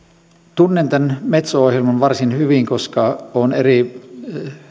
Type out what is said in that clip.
tunnen tämän metso ohjelman varsin hyvin koska olen eri